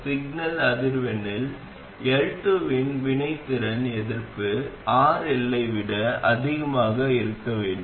signal அதிர்வெண்ணில் L2 இன் வினைத்திறன் எதிர்ப்பு RL ஐ விட அதிகமாக இருக்க வேண்டும்